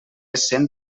cent